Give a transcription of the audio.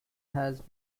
has